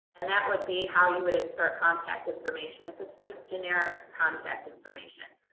and that would be how you would insert contact information. if it's just generic contact information.